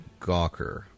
Gawker